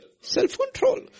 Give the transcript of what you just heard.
self-control